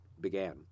began